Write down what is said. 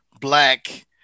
black